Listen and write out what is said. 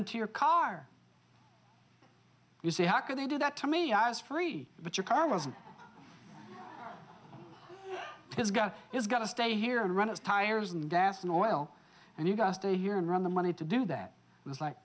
into your car you say how could they do that to me i was free but your car wasn't his go it's got to stay here and run its tires and gas and oil and you gotta stay here and run the money to do that it was like